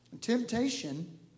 Temptation